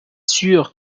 sûr